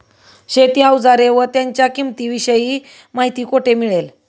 शेती औजारे व त्यांच्या किंमतीविषयी माहिती कोठे मिळेल?